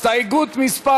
הסתייגות מס'